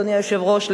אדוני היושב-ראש,